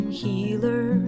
healer